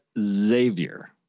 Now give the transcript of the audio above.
Xavier